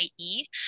ie